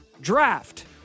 draft